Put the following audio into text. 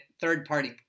third-party